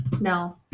No